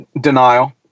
Denial